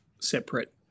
separate